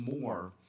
more